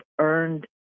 earned